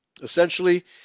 Essentially